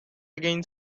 again